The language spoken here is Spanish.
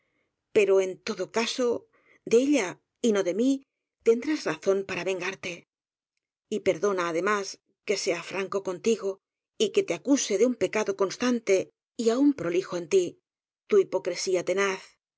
pero en todo caso de ella y no de mí tendrás razón para vengarte y perdona además que sea franco con tigo y que te acuse de un pecado constante y aun prolijo en tí tu hipocresía tenaz